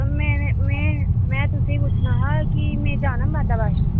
मैं मैं मैं तुसीं पुच्छना हा कि मी जाना माता वैष्णो